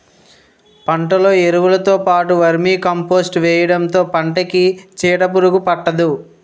పంటలో ఎరువులుతో పాటు వర్మీకంపోస్ట్ వేయడంతో పంటకి చీడపురుగు పట్టదు